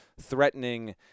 threatening